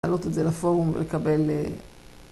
‫להעלות את זה לפורום ולקבל...